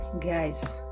Guys